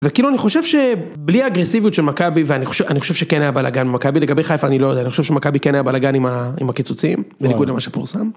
וכאילו אני חושב שבלי האגרסיביות של מכבי, ואני חושב שכן היה בלאגן במכבי, לגבי חיפה אני לא יודע, אני חושב שמכבי כן היה בלאגן עם הקיצוצים, בניגוד למה שפורסם.